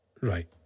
right